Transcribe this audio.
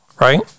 right